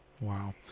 Wow